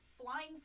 flying